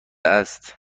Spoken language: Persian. است